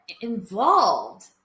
involved